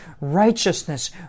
righteousness